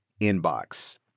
inbox